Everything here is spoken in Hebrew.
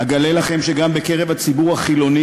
אגלה לכם שגם בקרב הציבור החילוני